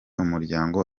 umuryango